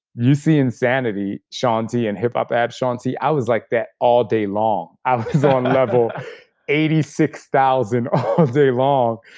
you see insanity shawn t and hip-hop abs shaun t, i was like that all day long. i was on level eighty six thousand all day long,